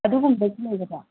ꯑꯗꯨꯒꯨꯝꯕꯒꯤ ꯂꯩꯒꯗ꯭ꯔꯥ